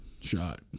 Shot